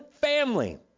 family